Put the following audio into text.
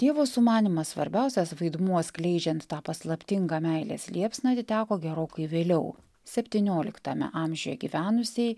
dievo sumanymą svarbiausias vaidmuo skleidžiant tą paslaptingą meilės liepsną teko gerokai vėliau septynioliktame amžiuje gyvenusiai